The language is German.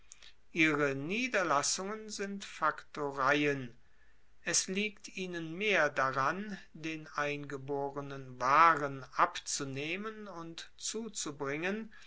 ihre niederlassungen sind faktoreien es liegt ihnen mehr daran den eingeborenen waren abzunehmen und zuzubringen